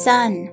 Sun